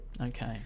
Okay